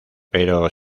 pero